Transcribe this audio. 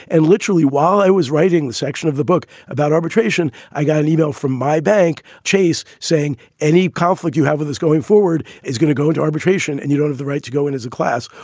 and literally, while i was writing the section of the book about arbitration, i got an email from my bank chase saying any conflict you have with this going forward is going to go into arbitration and you don't have the right to go in as a class.